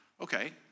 Okay